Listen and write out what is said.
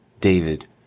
David